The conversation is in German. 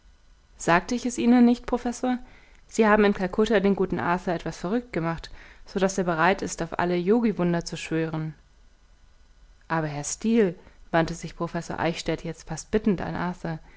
sagte ich es ihnen nicht professor sie haben in kalkutta den guten arthur etwas verrückt gemacht so daß er bereit ist auf alle yogiwunder zu schwören aber herr steel wandte sich professor eichstädt jetzt fast bittend an